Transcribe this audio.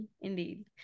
Indeed